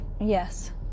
Yes